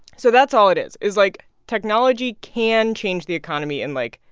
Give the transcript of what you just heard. so that's all it is, is like technology can change the economy in, like,